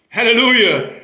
Hallelujah